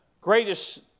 greatest